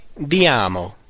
diamo